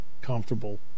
comfortable